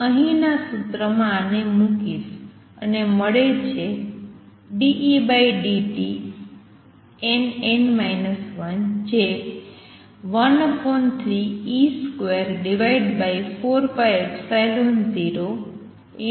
હું અહીંના સૂત્રમાં આને મૂકીશ અને મળે છે dEdtnn 1 જે 13e24π004c3 છે